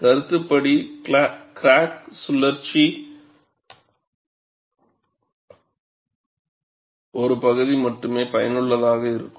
கருத்துப்படி கிராக் சுழ்ற்சி ஒரு பகுதி மட்டுமே பயனுள்ளதாக இருக்கும்